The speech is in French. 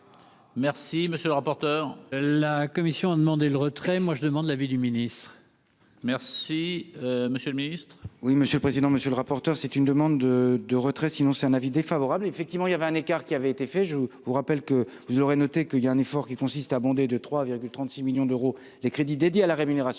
merci, monsieur le rapporteur, la commission a demandé le retrait, moi je demande l'avis du ministre merci monsieur le Ministre. Oui, monsieur le président, monsieur le rapporteur, c'est une demande de retrait, sinon c'est un avis défavorable, effectivement, il y avait un écart qui avait été faits, je vous rappelle que vous aurez noté que, il y a un effort qui consiste à bander de 3 virgule 36 millions d'euros les crédits dédiés à la rémunération,